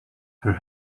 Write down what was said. her